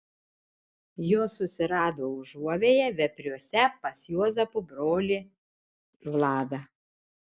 jos susirado užuovėją vepriuose pas juozapo brolį vladą